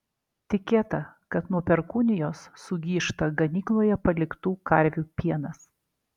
tikėta kad nuo perkūnijos sugyžta ganykloje paliktų karvių pienas